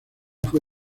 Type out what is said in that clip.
fue